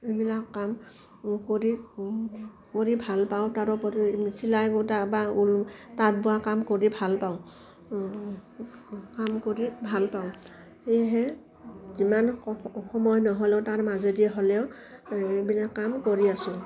এইবিলাক কাম কৰি কৰি ভাল পাওঁ তাৰোপৰি চিলাই গোটা বা ঊল তাঁত বোৱা কাম কৰি ভাল পাওঁ কাম কৰি ভাল পাওঁ সেয়েহে যিমান সময় নহ'লেও তাৰ মাজেদি হ'লেও এইবিলাক কাম কৰি আছোঁ